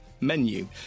menu